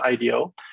IDO